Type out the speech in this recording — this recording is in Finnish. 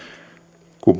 kun